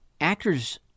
Actors